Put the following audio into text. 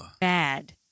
bad